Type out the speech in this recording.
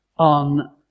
on